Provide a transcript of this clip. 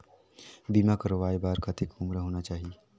बीमा करवाय बार कतेक उम्र होना चाही?